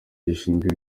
gishinzwe